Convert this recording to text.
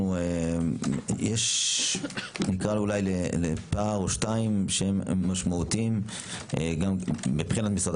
יש פער או שניים שהם משמעותיים גם מבחינת משרד